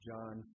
John